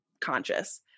conscious